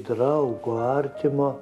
draugo artimo